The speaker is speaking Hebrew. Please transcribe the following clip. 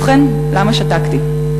ובכן, למה שתקתי?